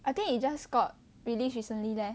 I think it just got released recently leh